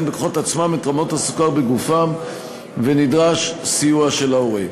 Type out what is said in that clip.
בכוחות עצמם את רמות הסוכר בגופם ונדרש סיוע של ההורה.